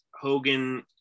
Hogan